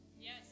Yes